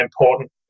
important